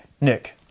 Nick